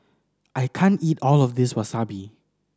I can't eat all of this Wasabi